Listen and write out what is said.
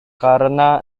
karena